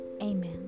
Amen